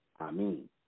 amen